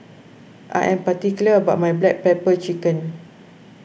I am particular about my Black Pepper Chicken